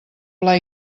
pla